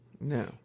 no